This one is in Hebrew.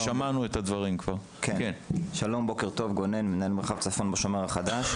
שמי גונן, מנהל מרחב צפון ב- ׳שומר החדש׳.